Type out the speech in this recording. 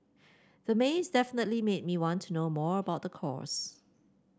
the maze definitely made me want to know more about the course